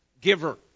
giver